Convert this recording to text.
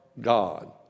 God